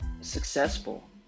successful